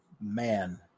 man